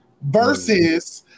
Versus